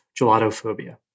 gelatophobia